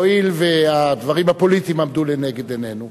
והואיל והדברים הפוליטיים עמדו לנגד עינינו,